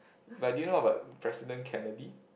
but did you know about President-Kennedy